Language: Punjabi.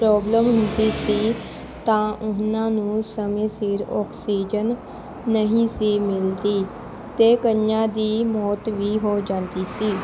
ਪ੍ਰੋਬਲਮ ਹੁੰਦੀ ਸੀ ਤਾਂ ਉਹਨਾਂ ਨੂੰ ਸਮੇਂ ਸਿਰ ਓਕਸਿਜਨ ਨਹੀਂ ਸੀ ਮਿਲਦੀ ਅਤੇ ਕਈਆਂ ਦੀ ਮੌਤ ਵੀ ਹੋ ਜਾਂਦੀ ਸੀ